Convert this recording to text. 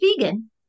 vegan